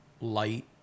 light